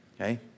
okay